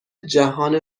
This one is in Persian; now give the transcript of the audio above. جهان